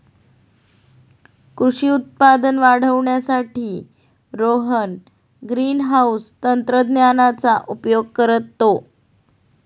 कृषी उत्पादन वाढवण्यासाठी रोहन ग्रीनहाउस तंत्रज्ञानाचा उपयोग करतो